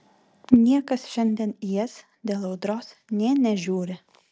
niekas šiandien į jas dėl audros nė nežiūri